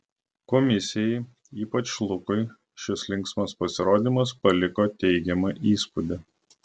komisijai ypač lukui šis linksmas pasirodymas paliko teigiamą įspūdį